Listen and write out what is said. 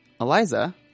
Eliza